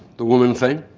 the woman thing.